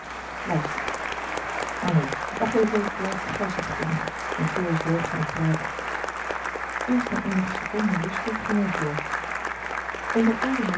luister maar neen wacht even tot ik dit laatste glas heb gedronken mijne keel is droog van het praten eerst na eenige seconden rusten ging hij voort onder al de